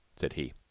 said he.